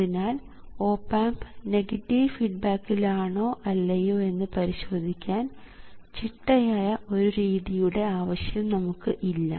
അതിനാൽ op amp negative ഫീഡ്ബാക്കിൽ ആണോ അല്ലയോ എന്ന് പരിശോധിക്കാൻ ചിട്ടയായ ഒരു രീതിയുടെ ആവശ്യം നമുക്ക് ഇല്ല